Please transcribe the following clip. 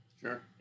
Sure